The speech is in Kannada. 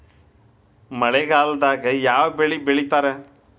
ಮಳೆಗಾಲದಾಗ ಯಾವ ಬೆಳಿ ಬೆಳಿತಾರ?